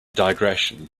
digression